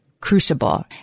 crucible